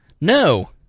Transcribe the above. No